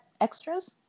extras